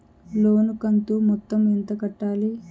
లోను కంతు మొత్తం ఎంత కట్టాలి?